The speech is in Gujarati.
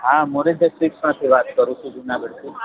હા મોદીસ ભાઈ સ્વીટ્સમાંથી વાત કરું છું જૂનાગઢથી